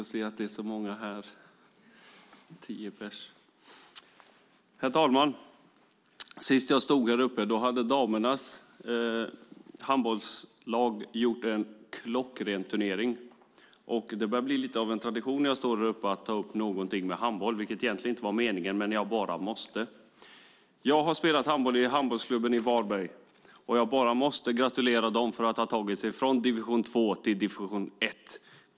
Herr talman! Sist jag stod här hade damlandslaget i handboll gjort en klockren turnering. Det börjar bli lite av en tradition för mig att ta upp något med handboll. Det var egentligen inte meningen att göra det i dag, men jag bara måste. Jag har spelat handboll i Handbollsklubben Varberg, och jag gratulerar dem till att ha tagit sig från division 2 till division 1.